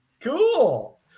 Cool